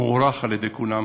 מוערך על-ידי כולם,